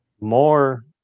more